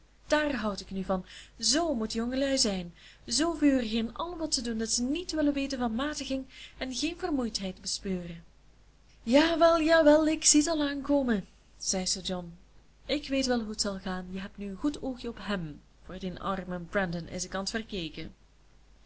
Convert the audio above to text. dàar houd ik nu van zo moeten jongelui zijn zo vurig in al wat ze doen dat ze niet willen weten van matiging en geen vermoeidheid bespeuren jawel jawel ik zie t al aankomen zei sir john ik weet wel hoe t zal gaan je hebt nu een goed oogje op hèm voor dien armen brandon is de kans verkeken